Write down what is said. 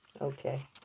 Okay